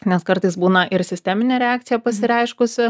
nes kartais būna ir sisteminė reakcija pasireiškusi